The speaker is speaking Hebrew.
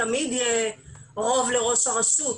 תמיד יהיה רוב לראש הרשות.